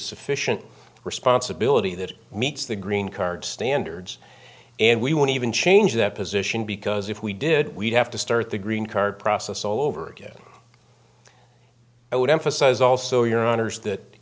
sufficient responsibility that meets the green card standards and we won't even change that position because if we did we'd have to start the greencard process all over again i would emphasize also your honors that